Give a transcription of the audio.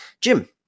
Jim